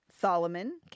Solomon